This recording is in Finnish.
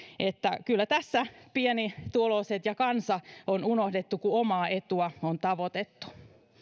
että kyllä tässä pienituloiset ja kansa on unohdettu kun omaa etua on tavoitettu